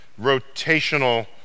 rotational